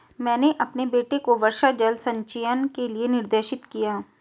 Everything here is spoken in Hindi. मैंने अपने बेटे को वर्षा जल संचयन के लिए निर्देशित किया